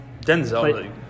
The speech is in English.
Denzel